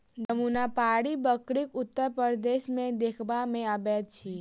जमुनापारी बकरी उत्तर प्रदेश मे देखबा मे अबैत अछि